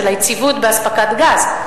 של היציבות באספקת גז,